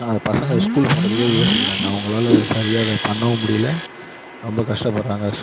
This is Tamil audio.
பசங்க ஸ்கூல் போகிறதயே யோசிக்கிறாங்க அவங்களால சரியாக அதை பண்ணவும் முடியல ரொம்ப கஷ்டப்படுறாங்க